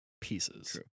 pieces